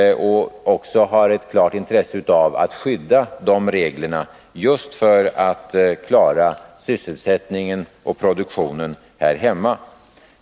Vi har också ett klart intresse av att skydda frihandelsreglerna just för att klara sysselsättningen och produktionen här hemma.